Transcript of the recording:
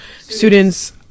students